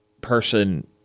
person